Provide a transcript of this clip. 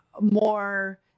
more